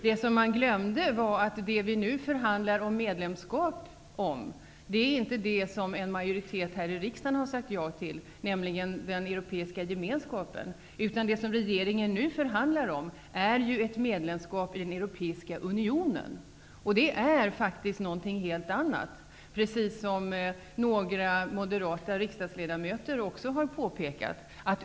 Det som man glömde var att det som vi nu förhandlar om medlemskap i inte är det som en majoritet här i riksdagen har sagt ja till, nämligen den europeiska gemenskapen. Det som regeringen nu förhandlar om är ju ett medlemskap i den europeiska unionen, och det är något helt annat, vilket några moderata riksdagsledamöter också har påpekat.